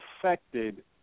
affected